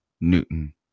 Newton